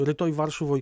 rytoj varšuvoj